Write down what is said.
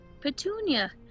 Petunia